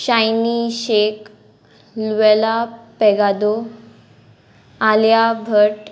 shiny शेक लुवेला पेगादो आलिया भट